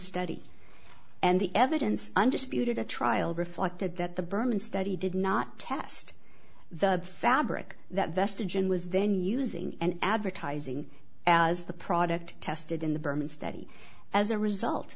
study and the evidence undisputed at trial reflected that the berman study did not test the fabric that vestige and was then using and advertising as the product tested in the berman study as a result